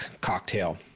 Cocktail